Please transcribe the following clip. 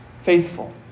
faithful